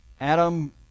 Adam